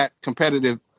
competitive